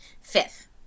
Fifth